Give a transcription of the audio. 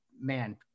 man